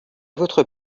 votre